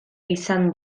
izan